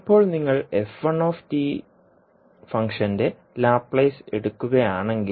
ഇപ്പോൾ നിങ്ങൾ ഫംഗ്ഷന്റെ ലാപ്ലേസ് എടുക്കുകയാണെങ്കിൽ